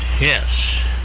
Yes